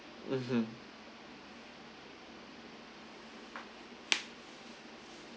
mmhmm